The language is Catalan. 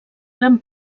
gran